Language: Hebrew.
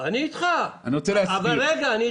אני איתך אבל רגע.